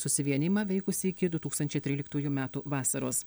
susivienijimą veikusį iki du tūkstančiai tryliktųjų metų vasaros